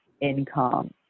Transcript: income